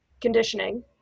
conditioning